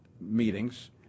meetings